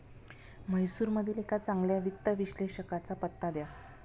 म्हैसूरमधील एका चांगल्या वित्त विश्लेषकाचा पत्ता द्या